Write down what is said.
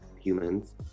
humans